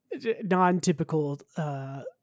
non-typical